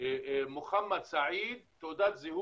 מוחמד סעיד, ת"ז,